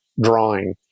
drawing